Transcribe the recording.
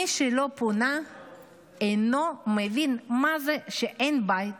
מי שלא פונה אינו מבין מה זה שאין בית